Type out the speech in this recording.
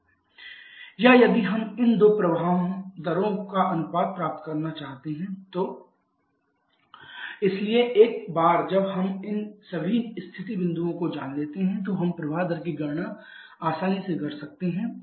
mBh2 h3mAh5 h8 या यदि हम इन दो प्रवाह दरों का अनुपात प्राप्त करना चाहते हैं mAmBh2 h3h5 h8 इसलिए एक बार जब हम इन सभी स्थिति बिंदुओं को जान लेते हैं तो हम प्रवाह दर की गणना आसानी से कर सकते हैं